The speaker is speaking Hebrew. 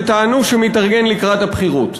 שטענו שמתארגן לקראת הבחירות.